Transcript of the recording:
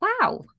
wow